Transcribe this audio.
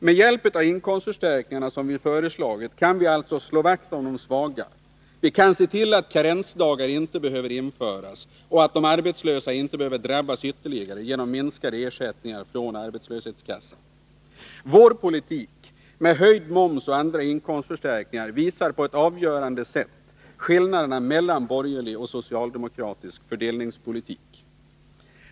Med hjälp av de inkomstförstärkningar som vi föreslagit kan vi alltså slå vakt om de svaga och se till att karensdagar inte behöver införas samt att de arbetslösa inte drabbas ytterligare genom minskade ersättningar från arbetslöshetskassan. Vår politik med höjd moms och andra inkomstförstärk ningar visar på ett avgörande sätt skillnaderna mellan borgerlig och socialdemokratisk fördelningspolitik.